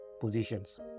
positions